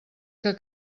que